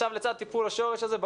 לצד טיפול השורש הזה,